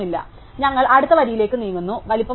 അതിനാൽ ഞങ്ങൾ അടുത്ത വരിയിലേക്ക് നീങ്ങുന്നു വലിപ്പം 5